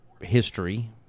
history